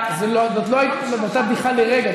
זאת לא הייתה בדיחה עכשיו.